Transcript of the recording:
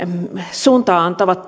suuntaa antavat